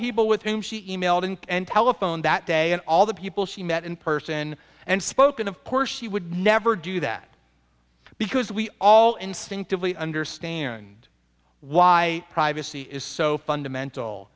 people with whom she e mailed in and telephone that day and all the people she met in person and spoken of course she would never do that because we all instinctively understand why privacy is so fundamental